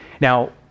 Now